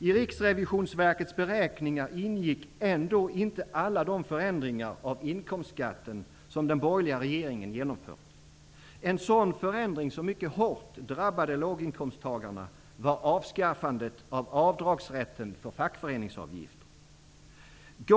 I Riksrevisionsverkets beräkningar ingick ändå inte alla de förändringar av inkomstskatten som den borgerliga regeringen genomfört. En sådan förändring, som mycket hårt drabbade låginkomsttagarna, var avskaffandet av avdragsrätten för fackföreningsavgiften.